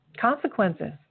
consequences